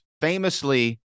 famously